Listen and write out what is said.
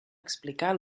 explicar